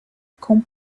com